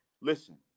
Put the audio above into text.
listen